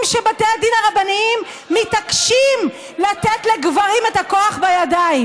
שבתי הדין הרבניים מתעקשים לתת לגברים את הכוח בידיים.